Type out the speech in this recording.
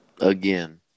Again